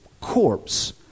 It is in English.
corpse